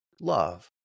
love